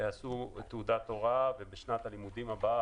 שיעשו תעודת הוראה ובשנת הלימודים הבאה,